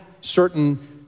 certain